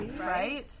right